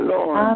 Lord